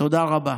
תודה רבה.